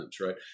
right